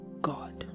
God